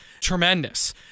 tremendous